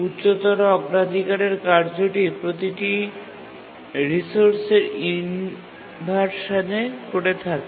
উচ্চতর অগ্রাধিকারের কার্যটি প্রতিটি রিসোর্সের ইনভারশানে সম্পূর্ণ হয়ে থাকে